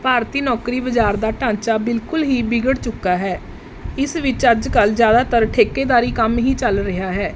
ਭਾਰਤੀ ਨੌਕਰੀ ਬਾਜ਼ਾਰ ਦਾ ਢਾਂਚਾ ਬਿਲਕੁਲ ਹੀ ਵਿਗੜ ਚੁੱਕਾ ਹੈ ਇਸ ਵਿੱਚ ਅੱਜ ਕੱਲ੍ਹ ਜ਼ਿਆਦਾਤਰ ਠੇਕੇਦਾਰੀ ਕੰਮ ਹੀ ਚੱਲ ਰਿਹਾ ਹੈ